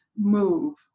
move